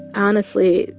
honestly,